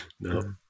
no